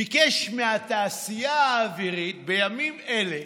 ביקש מהתעשייה האווירית בימים אלה